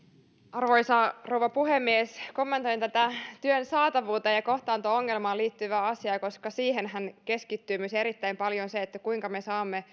arvoisa rouva puhemies kommentoin tätä työn saatavuuteen ja kohtaanto ongelmaan liittyvää asiaa koska siihenhän keskittyy myös erittäin paljon se kuinka me saamme